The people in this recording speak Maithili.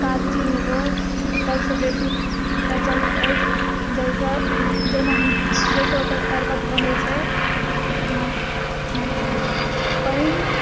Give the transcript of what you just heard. कागजी नेबो सबसँ बेसी प्रचलित अछि जाहिसँ जाहिमे जाहिसँ ओकर सरबत बनै छै पानि